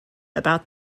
about